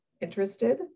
interested